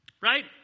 Right